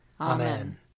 Amen